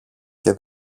και